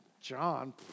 John